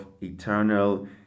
eternal